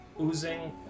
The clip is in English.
oozing